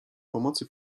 pomocy